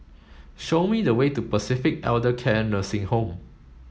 show me the way to Pacific Elder Care Nursing Home